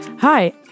Hi